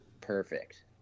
perfect